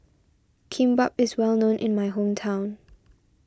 Kimbap is well known in my hometown